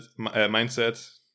mindset